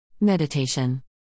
Meditation